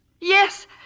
yes